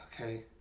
Okay